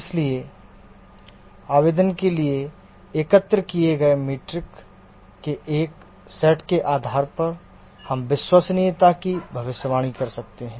इसलिए आवेदन के लिए एकत्र किए गए मीट्रिक के एक सेट के आधार पर हम विश्वसनीयता की भविष्यवाणी कर सकते हैं